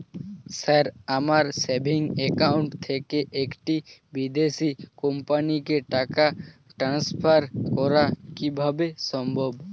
Sir আমার savings account থেকে একটি বিদেশি কোম্পানিকে টাকা ট্রান্সফার করা কীভাবে সম্ভব?